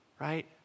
right